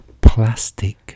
plastic